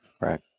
Right